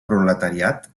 proletariat